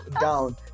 down